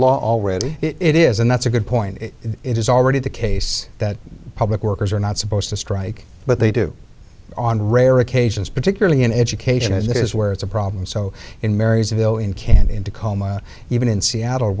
law already it is and that's a good point it is already the case that public workers are not supposed to strike but they do on rare occasions particularly in education and that is where it's a problem so in marysville in cannes in tacoma even in seattle